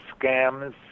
scams